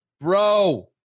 Bro